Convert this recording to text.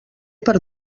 per